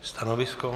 Stanovisko?